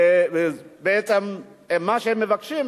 בעצם מה שהם מבקשים,